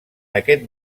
aquest